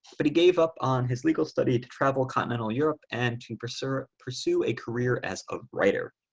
but he gave up on his legal study to travel continental europe and to pursue, pursue a career as a writer.